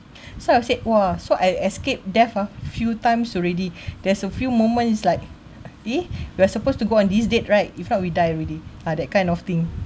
so I said !wah! so I escaped death ah few times already there's a few moments like eh we're supposed to go on this date right if not we die already ah that kind of thing